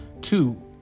two